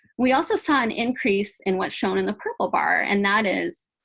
we also saw an increase in what's shown in the purple bar and that is